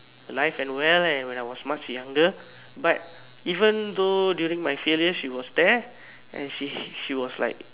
alive and well and when I was much younger but even though during my failure she was there and she she was like